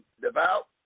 devout